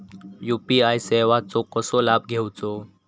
UPI सेवाचो कसो लाभ घेवचो?